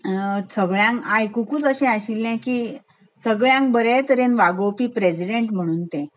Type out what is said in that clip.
सगळ्यांक आयकोकूंच अशें आशिल्ली की सगळ्यांक बरें तरेन वागोवपी प्रेजिडेंट म्हणून तें